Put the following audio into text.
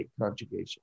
conjugation